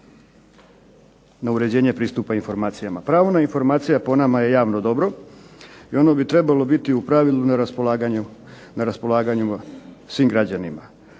na uređenje pristupa informacijama. Pravo na informacije po nama je javno dobro i ono bi trebalo biti u pravilu na raspolaganju svim građanima.